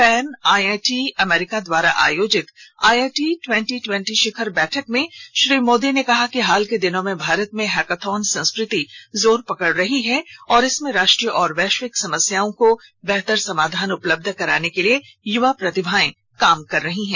pan IIT अमरीका द्वारा आयोजित आईआईटी टवेंटी टवेंटी शिखर बैठक में श्री मोदी ने कहा कि हाल के दिनों में भारत में हैकथॉन संस्कृति जोर पकड़ रही है और इसमें राष्ट्रीय और वैश्विक समस्याओं को बेहतर समाधान उपलब्ध कराने के लिये यूवा प्रतिभाएं काम कर रही हैं